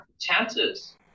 chances